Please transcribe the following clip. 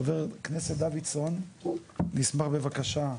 חבר הכנסת דוידסון, אני אשמח בבקשה.